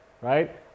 right